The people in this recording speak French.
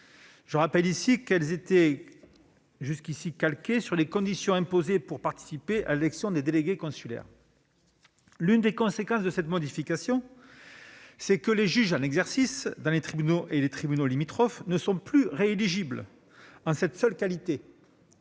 le rappelle, ces dernières étaient, jusqu'à présent, calquées sur les conditions imposées pour participer à l'élection des délégués consulaires. L'une des conséquences de cette modification est que les juges en exercice dans le tribunal et les tribunaux limitrophes ne sont plus rééligibles en cette seule qualité.